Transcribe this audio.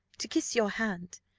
to kiss your hand,